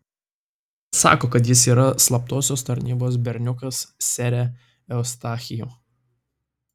sako kad jis yra slaptosios tarnybos berniukas sere eustachijau